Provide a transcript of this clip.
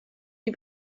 die